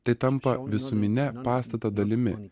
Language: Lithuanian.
tai tampa visumine pastato dalimi